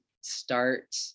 start